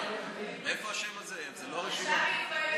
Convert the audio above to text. אני בטוחה שגם אתן,